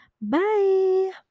Bye